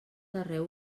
arreu